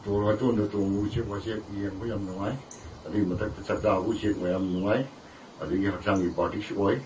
ꯎꯇꯣꯟ ꯋꯥꯇꯣꯟꯗ ꯇꯣꯡꯕ ꯎꯆꯦꯛ ꯋꯥꯆꯦꯛ ꯌꯦꯡꯕ ꯌꯥꯝ ꯅꯨꯡꯉꯥꯏ ꯑꯗꯨꯏ ꯃꯊꯛꯇ ꯆꯥꯛꯇꯥꯕ ꯎꯆꯦꯛ ꯃꯌꯥꯝ ꯅꯨꯡꯉꯥꯏ ꯑꯗꯒꯤ ꯍꯛꯆꯥꯡꯒꯤ ꯕꯥꯗꯤꯁ ꯑꯣꯏ